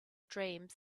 dreams